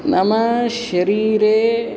नाम शरीरे